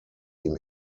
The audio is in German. ihm